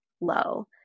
low